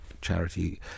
charity